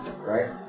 Right